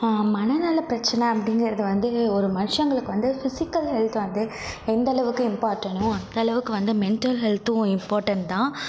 மனநல பிரச்சனை அப்படிங்குறது வந்து ஒரு மனுஷங்களுக்கு வந்து பிஸிக்கல் ஹெல்த்து வந்து எந்தளவுக்கு இம்பார்ட்டனோ அந்தளவுக்கு வந்து மென்ட்டல் ஹெல்த்தும் இம்பார்ட்டன் தான்